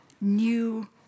new